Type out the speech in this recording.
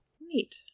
Neat